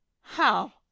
How